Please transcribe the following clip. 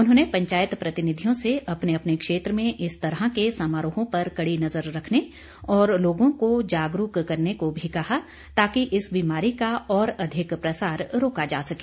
उन्होंने पंचायत प्रतिनिधियों से अपने अपने क्षेत्र में इस तरह के समारोहों पर कड़ी नज़र रखने और लोगों को जागरूक करने को भी कहा ताकि इस बीमारी का और अधिक प्रसार रोका जा सके